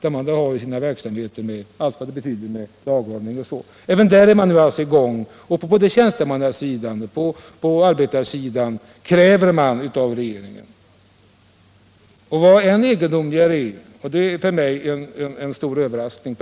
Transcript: Även inom byggnadsämnesindustrin är man alltså nu i gång. Både på tjänstemannasidan och på arbetarsidan ställer man krav på regerinen. Det är dessutom någonting som är ännu egendomligare och för mig personligen en stor överraskning.